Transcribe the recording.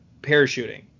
parachuting